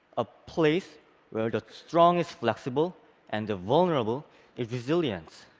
a place where the strong is flexible and the vulnerable is resilient.